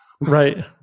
Right